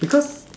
because